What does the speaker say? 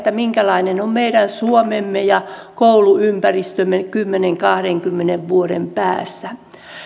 minkälainen on meidän suomemme ja kouluympäristömme kymmenen viiva kahdenkymmenen vuoden päästä